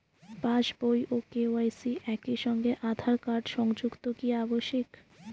পাশ বই ও কে.ওয়াই.সি একই সঙ্গে আঁধার কার্ড সংযুক্ত কি আবশিক?